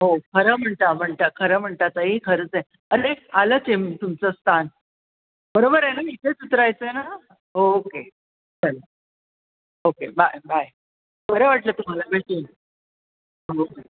हो खरं म्हणता म्हणता खरं म्हणता ताई खरंच आहे अरे आलं चेम तुमचं स्थान बरोबर आए ना मी इथेच उतरायचंय नं ओके चला ओके बाय बाय बरं वाटलं तुम्हाला भेटून हो हो